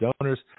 donors